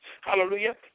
Hallelujah